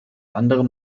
anderem